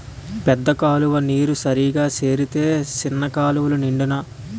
పెద్ద కాలువ నీరు సరిగా సేరితే సిన్న కాలువలు నిండునా